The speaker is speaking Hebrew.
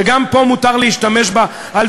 ומותר להשתמש בה גם פה,